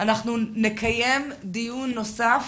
אנחנו נקיים דיון נוסף.